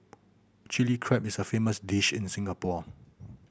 Chilli Crab is a famous dish in Singapore